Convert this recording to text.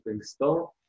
store